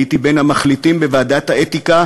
הייתי בין המחליטים בוועדת האתיקה,